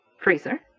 freezer